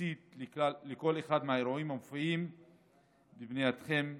תמצית של כל אחד מהאירועים המופיעים בפנייתכם שבסימוכין.